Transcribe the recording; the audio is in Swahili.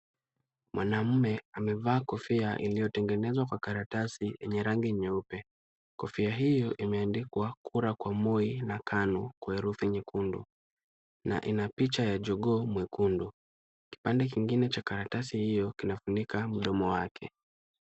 Mwanaume amevaa kofia iliyotengenezwa kwa karatasi yenye rangi nyeupe. Kofia hiyo imeandikwa kura kwa Moi na KANU kwa herufi nyekundu na ina picha ya jogoo mwekundu. Kipande kingine cha karatasi hiyo kinafunika mdomo wake.